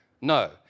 No